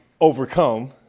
overcome